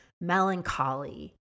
melancholy